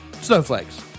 Snowflakes